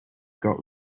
got